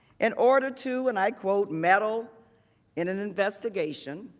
in order to, and i quote, metal in an investigation.